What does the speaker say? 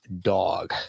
dog